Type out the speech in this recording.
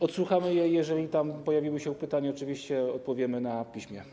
Odsłuchamy jej wypowiedź - jeżeli tam pojawiły się pytania, oczywiście odpowiemy na piśmie.